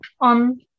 on